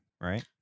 right